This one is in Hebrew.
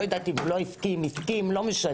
לא יודעת אם הוא לא הסכים, הסכים, לא משנה.